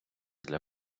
для